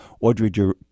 Audrey